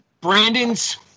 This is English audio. Brandon's